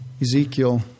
Ezekiel